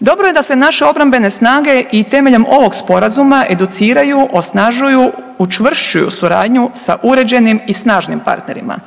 Dobro je da se naše obrambene snage i temeljem ovog Sporazuma educiraju, osnažuju, učvršćuju suradnju sa uređenim i snažnim partnerima,